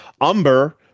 Umber